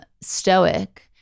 stoic